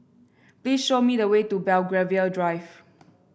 please show me the way to Belgravia Drive